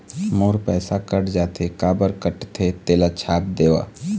मोर पैसा कट जाथे काबर कटथे तेला छाप देव?